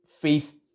faith